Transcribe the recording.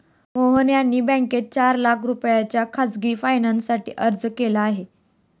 मोहन यांनी बँकेत चार लाख रुपयांच्या खासगी फायनान्ससाठी अर्ज केला आहे